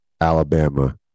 Alabama